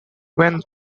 when